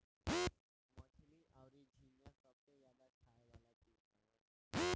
मछली अउरी झींगा सबसे ज्यादा खाए वाला चीज हवे